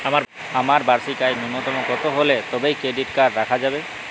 আমার বার্ষিক আয় ন্যুনতম কত হলে তবেই ক্রেডিট কার্ড রাখা যাবে?